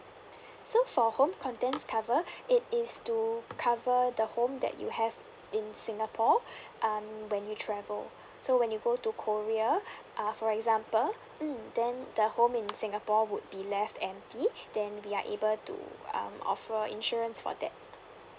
so for home contents cover it is to cover the home that you have in singapore um when you travel so when you go to korea uh for example mm then the home in singapore would be left empty then we are able to um offer insurance for that